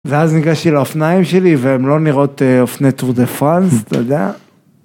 ואז ניגשתי לאופניים שלי והם לא נראות אופני טור דה פראנס אתה יודע.